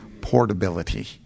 portability